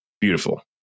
Beautiful